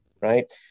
right